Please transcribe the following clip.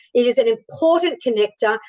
it is an important connector.